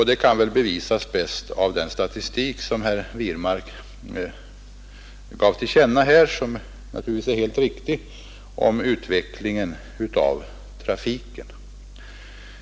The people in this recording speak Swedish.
Det visas bäst av den statistik som herr Wirmark redovisade — och som naturligtvis är helt riktig — om utvecklingen av trafiken.